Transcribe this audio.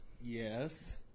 Yes